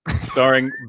starring